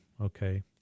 Okay